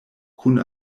kun